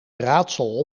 raadsel